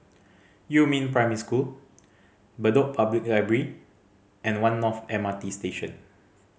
Yumin Primary School Bedok Public Library and One North M R T Station